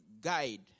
guide